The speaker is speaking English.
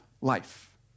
life